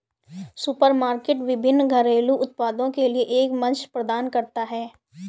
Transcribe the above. supermarket विभिन्न घरेलू उत्पादों के लिए एक मंच प्रदान करता है